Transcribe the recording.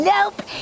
Nope